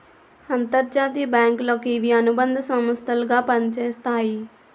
అంతర్జాతీయ బ్యాంకులకు ఇవి అనుబంధ సంస్థలు గా పనిచేస్తాయి